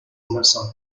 anderson